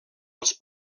els